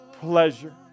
pleasure